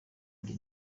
jye